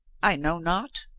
i know not,